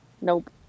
Nope